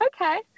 okay